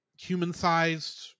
Human-sized